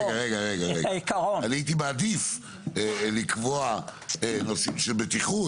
אני הייתי מעדיף לקבוע נושאים של בטיחות